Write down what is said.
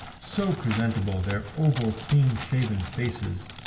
so presentable their oval, clean-shaven faces,